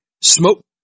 smoke